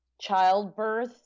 childbirth